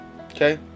Okay